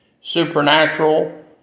supernatural